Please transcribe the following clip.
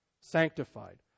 Sanctified